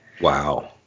Wow